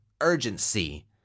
Urgency